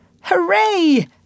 Hooray